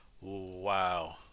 Wow